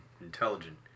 intelligent